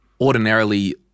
Ordinarily